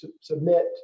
submit